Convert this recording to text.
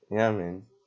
ya man